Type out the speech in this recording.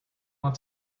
want